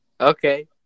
Okay